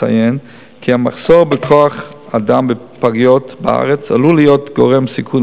מציין כי המחסור בכוח-אדם בפגיות בארץ עלול להיות גורם סיכון